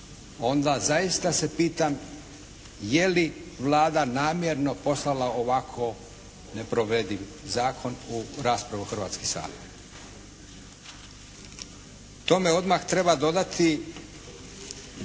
onda zaista se pitam je li Vlada namjerno poslala ovako neprovediv zakon u raspravu u Hrvatski sabor. Tome odmah treba dodati